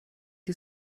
die